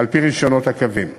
על-פי רישיונות הקווים,